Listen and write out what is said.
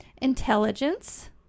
Intelligence